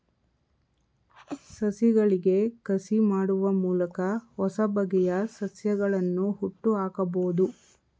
ಸಸಿಗಳಿಗೆ ಕಸಿ ಮಾಡುವ ಮೂಲಕ ಹೊಸಬಗೆಯ ಸಸ್ಯಗಳನ್ನು ಹುಟ್ಟುಹಾಕಬೋದು